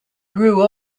grew